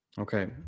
Okay